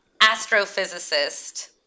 astrophysicist